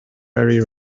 very